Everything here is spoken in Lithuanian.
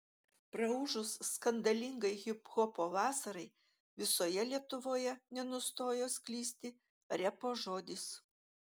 praūžus skandalingai hiphopo vasarai visoje lietuvoje nenustojo sklisti repo žodis